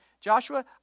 Joshua